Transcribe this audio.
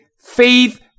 faith